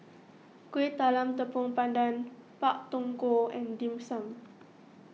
Kueh Talam Tepong Pandan Pak Thong Ko and Dim Sum